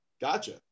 gotcha